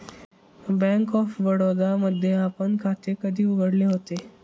Bank of Baroda मध्ये आपण खाते कधी उघडले होते?